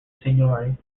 seniority